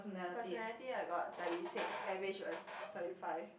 personality I got thirty six average was thirty five